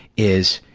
is,